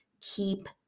Keep